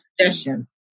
suggestions